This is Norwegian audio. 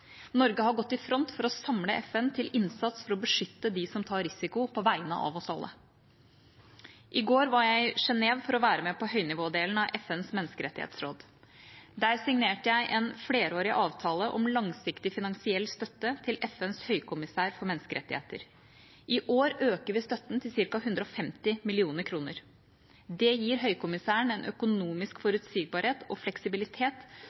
Norge har gått i front for å samle FN til innsats for å beskytte dem som tar risiko på vegne av oss alle. I går var jeg i Genève for å være med på høynivådelen av FNs menneskerettighetsråd. Der signerte jeg en flerårig avtale om langsiktig finansiell støtte til FNs høykommissær for menneskerettigheter. I år øker vi støtten til ca. 150 mill. kr. Det gir Høykommissæren en økonomisk forutsigbarhet og fleksibilitet